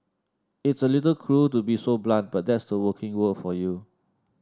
it's a little cruel to be so blunt but that's the working world for you